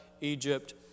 Egypt